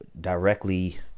directly